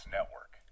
Network